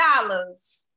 dollars